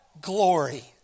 glory